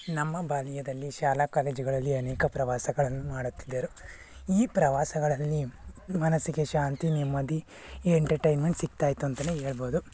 ನಮ್ಮ ಬಾಲ್ಯದಲ್ಲಿ ಶಾಲಾ ಕಾಲೇಜುಗಳಲ್ಲಿ ಅನೇಕ ಪ್ರವಾಸಗಳನ್ನು ಮಾಡುತ್ತಿದ್ದರು ಈ ಪ್ರವಾಸಗಳಲ್ಲಿ ಮನಸ್ಸಿಗೆ ಶಾಂತಿ ನೆಮ್ಮದಿ ಎಂಟಟೈನ್ಮೆಂಟ್ ಸಿಗ್ತಾಯಿತ್ತು ಅಂತಲೇ ಹೇಳ್ಬೋದು